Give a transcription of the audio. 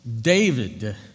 David